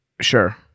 sure